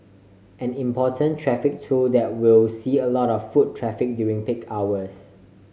an important traffic tool that will see a lot of foot traffic during peak hours